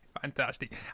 fantastic